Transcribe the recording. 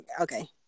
Okay